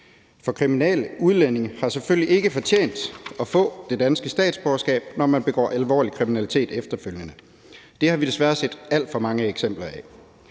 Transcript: Kriminelle udlændinge har selvfølgelig ikke fortjent at få det danske statsborgerskab, når de efterfølgende begår alvorlig kriminalitet. Det har vi desværre set alt for mange eksempler på.